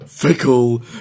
Fickle